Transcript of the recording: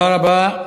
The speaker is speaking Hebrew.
תודה רבה.